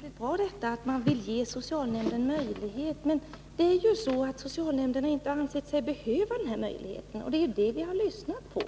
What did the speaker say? Fru talman! Det låter mycket bra att man vill ge socialnämnderna denna möjlighet, men dessa har inte alltid ansett sig behöva den. Det har vi tagit fasta på.